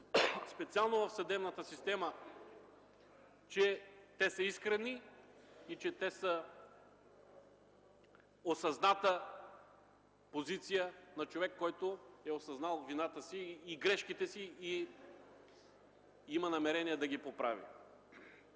специално в съдебната система, че те са искрени и са осъзната позиция на човек, който е разбрал вината и грешките си и има намерение да ги поправи.